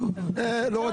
לא,